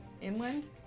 inland